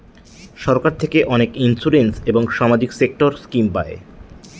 সরকার থেকে অনেক ইন্সুরেন্স এবং সামাজিক সেক্টর স্কিম পায়